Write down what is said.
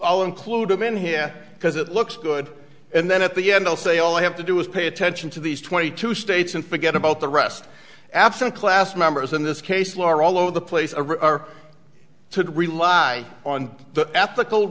i'll include them in here because it looks good and then at the end they'll say all they have to do is pay attention to these twenty two states and forget about the rest absent class members in this case law are all over the place or to rely on the ethical